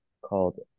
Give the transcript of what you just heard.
called